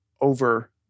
over